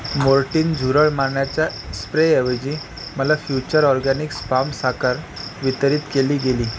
Mortein झुरळ मारण्याच्या स्प्रेऐवजी मला फ्युचर ऑर्गॅनिक्स पाम साखर वितरित केली गेली